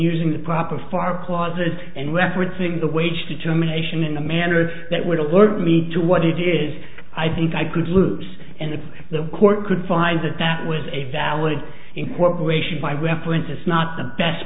using the proper far clauses and referencing the wage determination in a manner that would alert me to what it is i think i could loose and if the court could find that that was a valid incorporation by weapons it's not the best